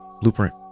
Blueprint